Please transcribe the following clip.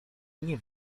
nie